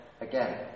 again